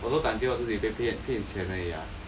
我都感觉我自己被骗骗钱而已啊